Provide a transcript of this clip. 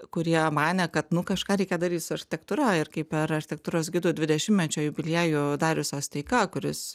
kurie manė kad nu kažką reikia daryt su architektūra ir kai per architektūros gidų dvidešimtmečio jubiliejų darius osteika kuris